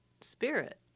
spirit